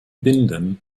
binden